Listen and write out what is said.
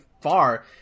far